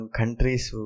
countries